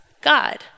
God